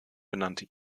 benannte